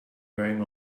wearing